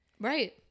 Right